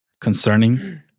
concerning